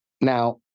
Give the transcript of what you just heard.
Now